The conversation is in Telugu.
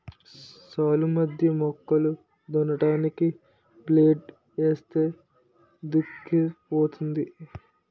సాల్లు మధ్య మొక్కలు దున్నడానికి బ్లేడ్ ఏస్తే దుక్కైపోద్ది